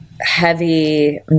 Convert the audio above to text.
heavy